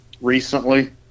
recently